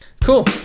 Cool